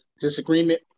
disagreement